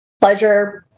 pleasure